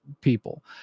people